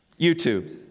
YouTube